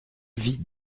vis